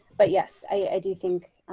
but yes, i do think